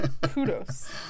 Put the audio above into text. Kudos